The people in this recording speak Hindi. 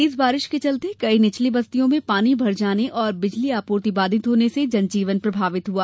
तेज बारिश के चलते कई निचली बस्तियों में पानी भर जाने और बिजली आपूर्ति बाधित होने से जनजीवन प्रभावित हुआ